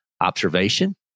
observation